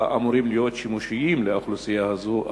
האמורים להיות שימושיים לאוכלוסייה הזאת,